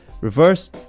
Reverse